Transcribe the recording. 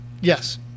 Yes